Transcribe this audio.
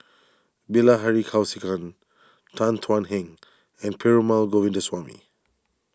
Bilahari Kausikan Tan Thuan Heng and Perumal Govindaswamy